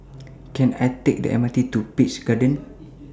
Can I Take The M R T to Peach Garden